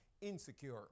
insecure